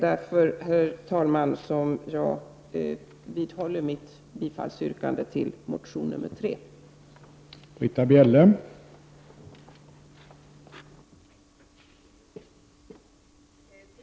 Därför, herr talman, vidhåller jag mitt yrkande om bifall till reservation 3.